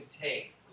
take